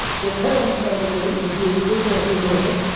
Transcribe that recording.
your parents by the way would be included as your neighbor,